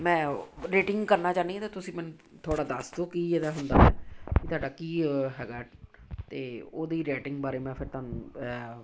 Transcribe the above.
ਮੈਂ ਉਹ ਰੇਟਿੰਗ ਕਰਨਾ ਚਾਹੁੰਦੀ ਹਾਂ ਅਤੇ ਤੁਸੀਂ ਮੈਨੂੰ ਥੋੜ੍ਹਾ ਦੱਸ ਦਿਉ ਕੀ ਇਹਦਾ ਹੁੰਦਾ ਤੁਹਾਡਾ ਕੀ ਹੈਗਾ ਅਤੇ ਉਹਦੀ ਰੈਟਿੰਗ ਬਾਰੇ ਮੈਂ ਫਿਰ ਤੁਹਾਨੂੰ